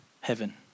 heaven